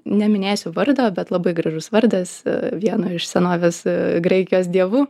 neminėsiu vardo bet labai gražus vardas vieno iš senovės graikijos dievų